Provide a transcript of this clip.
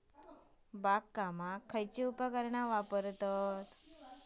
बागकामाक खयची उपकरणा वापरतत?